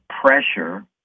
pressure